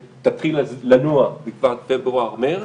תתחיל לנוע בתקווה עד פברואר-מרץ,